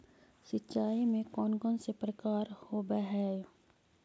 सिंचाई के कौन कौन से प्रकार होब्है?